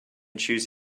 choose